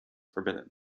forbidden